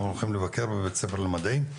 אנחנו הולכים לבקר בבית הספר למדעים.